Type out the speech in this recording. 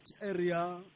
area